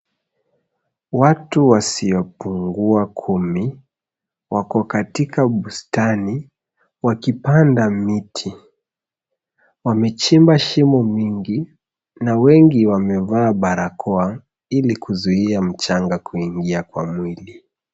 Watu wasiopungua kumi, wako katika bustani wakipanda miti .Wamechimba shimo mingi, na wengi wamevaa barakoa, ili kuzuiya mchanga kuingia kwa mwili.